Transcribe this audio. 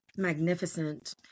magnificent